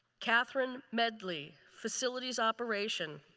katherine medley facilities operation.